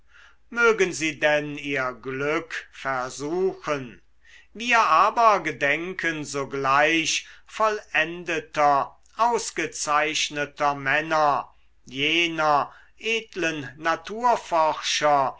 mögen sie denn ihr glück versuchen wir aber gedenken sogleich vollendeter ausgezeichneter männer jener edlen naturforscher